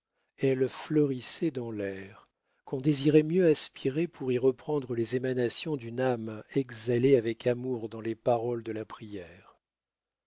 elle fleurissait dans l'air qu'on désirait mieux aspirer pour y reprendre les émanations d'une âme exhalée avec amour dans les paroles de la prière